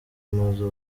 amazu